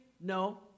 No